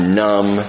numb